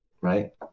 Right